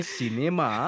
cinema